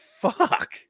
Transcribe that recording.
fuck